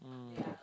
mm